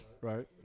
right